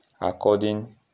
according